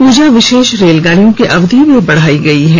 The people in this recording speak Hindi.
पूजा विशेष रेलगाड़ियों की अवधि भी बढ़ाई गई है